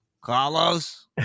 Carlos